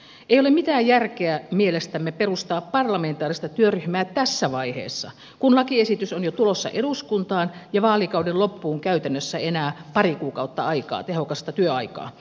mielestämme ei ole mitään järkeä perustaa parlamentaarista työryhmää tässä vaiheessa kun lakiesitys on jo tulossa eduskuntaan ja vaalikauden loppuun on käytännössä enää pari kuukautta aikaa tehokasta työaikaa